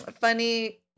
funny